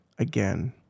Again